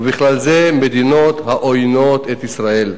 ובכלל זה מדינות העוינות את ישראל.